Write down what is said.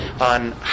on